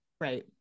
right